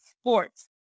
sports